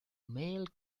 male